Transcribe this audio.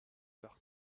partout